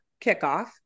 kickoff